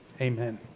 Amen